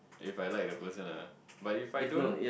if I like the person ah but if I don't